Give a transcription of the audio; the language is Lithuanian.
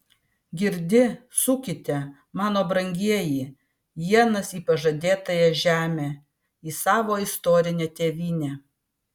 girdi sukite mano brangieji ienas į pažadėtąją žemę į savo istorinę tėvynę